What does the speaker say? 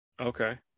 Okay